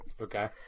Okay